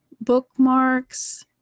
bookmarks